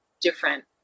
different